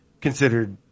considered